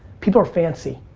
people are fancy.